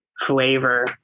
flavor